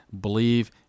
Believe